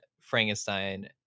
Frankenstein